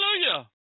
Hallelujah